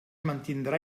mantindrà